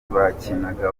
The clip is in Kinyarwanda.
bakinaga